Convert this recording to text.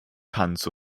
tanz